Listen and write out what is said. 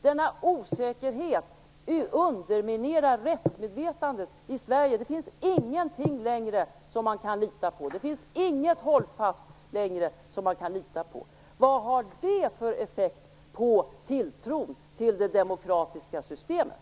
Denna osäkerhet underminerar rättsmedvetandet i Sverige. Det finns ingenting längre som man kan lita på. Det finns inget hållfast längre som man kan lita på. Vad har det för effekt på tilltron till det demokratiska systemet?